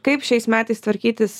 kaip šiais metais tvarkytis